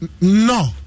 No